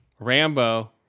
Rambo